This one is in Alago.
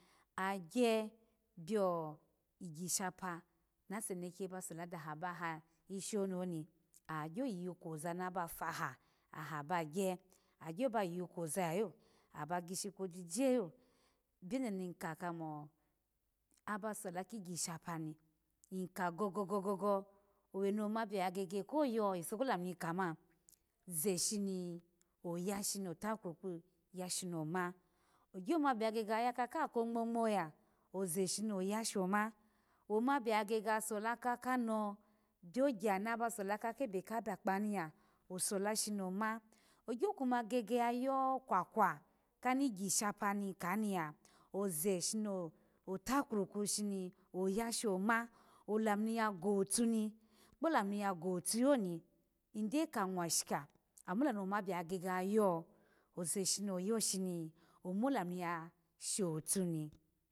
Aha gya bio igishapa nase neke ba solo daha ba ha ishi ononi, agyo yiyi kwoza na ba faha aha bagya, agyo ba yiyi kwoza lalo aha ba gishi kojije lo, bio ny deni kakamo aba sola kigishapa ni, ny kha gogogo owe no ma bio oya gege ifu kolamu ni kama zani oyo shini oya otakirigu sho ya shini oma gyo bakuma bio ya gege yaya ka ngw ngwa ya oze shini oya shoma, oma bio ya gege ya sola kha kano bio gya na ba sola ka ke ka bakpa niya osola nino ma ogyo kuma, yayo kwo kwo kani gishapani kani ya oze shini otekiriku shini oya sho ma olamu ni ya gotu ni kpo lumu ni ya gotu loni ny de kha nwashika ama alamu no ma bio ya gege yayo oza shini oyo shini omulah niya shotuni